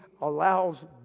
allows